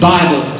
Bible